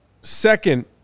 second